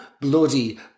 bloody